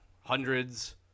hundreds